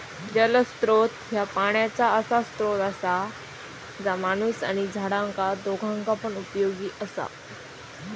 जलस्त्रोत ह्या पाण्याचा असा स्त्रोत असा जा माणूस आणि झाडांका दोघांका पण उपयोगी असा